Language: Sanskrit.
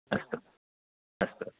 अस्तु अस्तु